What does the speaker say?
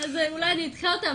אז אולי אני אדחה אותם,